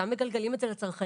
שם מגלגלים את זה על הצרכנים,